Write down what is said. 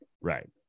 Right